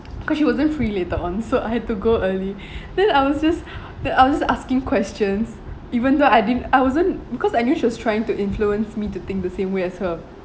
because she wasn't free later on so I had to go early then I was just then I was just asking questions even though I didn't I wasn't because I knew she was trying to influence me to think the same way as her